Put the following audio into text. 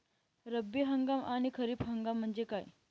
रब्बी हंगाम आणि खरीप हंगाम म्हणजे काय?